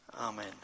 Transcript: Amen